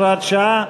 הוראת שעה),